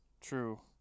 True